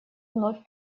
вновь